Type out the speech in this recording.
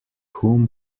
whom